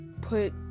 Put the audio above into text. put